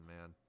man